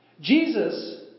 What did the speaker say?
Jesus